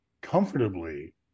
comfortably